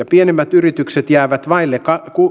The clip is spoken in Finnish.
pienemmät yritykset jäävät vaille